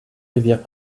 rivières